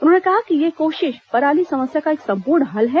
उन्होंने कहा कि यह कोशिश पराली समस्या का एक सम्पूर्ण हल है